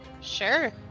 Sure